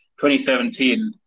2017